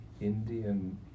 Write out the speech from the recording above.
Indian